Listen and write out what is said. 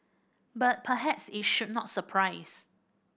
but perhaps it should not surprise